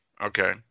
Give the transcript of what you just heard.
Okay